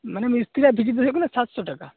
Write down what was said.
ᱢᱟᱱᱮ ᱢᱤᱥᱛᱤᱨᱤᱭᱟᱜ ᱵᱷᱤᱡᱤᱴ ᱫᱚ ᱦᱩᱭᱩᱜ ᱠᱟᱱᱟ ᱥᱟᱛᱥᱚ ᱴᱟᱠᱟ